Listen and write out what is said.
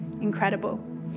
Incredible